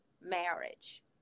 marriage